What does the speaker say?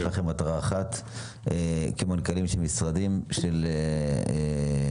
כמנכ"לים של משרדי ממשלה,